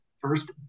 first